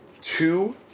two